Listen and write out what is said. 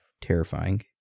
Terrifying